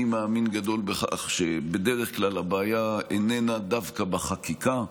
אני מאמין גדול בכך שבדרך כלל הבעיה איננה דווקא בחקיקה,